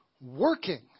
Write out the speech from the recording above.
working